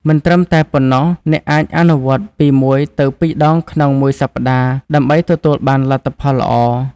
មិនត្រឹមតែប៉ុណ្ណោះ អ្នកអាចអនុវត្តន៍ពី ១ ទៅ ២ ដងក្នុងមួយសប្តាហ៍ ដើម្បីទទួលបានលទ្ធផលល្អ។